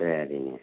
சரிங்க